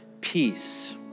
Peace